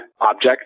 object